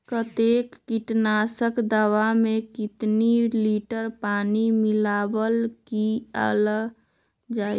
कतेक किटनाशक दवा मे कितनी लिटर पानी मिलावट किअल जाई?